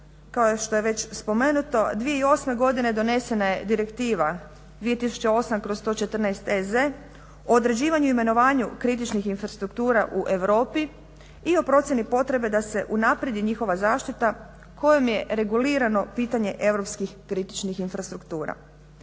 kao što je već spomenuto, 2008. godine donesena je Direktiva 2008/114/EZ o određivanju i imenovanju kritičnih infrastruktura u Europi i o procjeni potrebe da se unaprijedi njihova zaštita kojom je regulirano pitanje europskih kritičnih infrastruktura,a